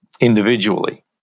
individually